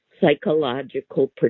psychological